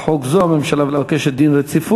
חוק זו הממשלה מבקשת להחיל דין רציפות.